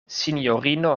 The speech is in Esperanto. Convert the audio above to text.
sinjorino